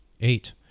Eight